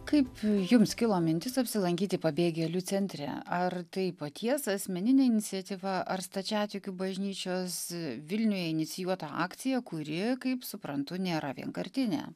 kaip jums kilo mintis apsilankyti pabėgėlių centre ar tai paties asmeninė iniciatyva ar stačiatikių bažnyčios vilniuje inicijuota akcija kuri kaip suprantu nėra vienkartinė